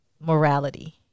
morality